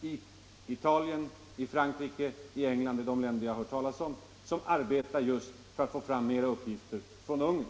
i Italien, i Frankrike, i England — det är de länder jag har hört talas om - som arbetar just för att få fram mera uppgifter från Ungern.